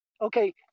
okay